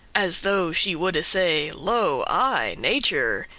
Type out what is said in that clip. as though she woulde say, lo, i, nature,